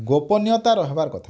ଗୋପନୀୟତା ରହିବାର୍ କଥା